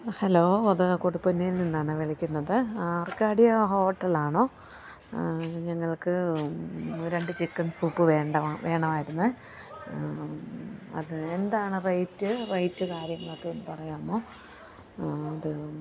hello ഉദകകുടപ്പന്നയിൽ നിന്നാണ് വിളിക്കുന്നത് ആർക്കാഡിയ ഹോട്ടലാണോ ഞങ്ങൾക്ക് രണ്ടു ചിക്കൻ സൂപ്പ് വേണ്ട വേണമായിരുന്നു അത് എന്താണ് റേയ്റ്റ് റേയ്റ്റ് കാര്യങ്ങളൊക്കെ ഒന്നു പറയാമോ അത്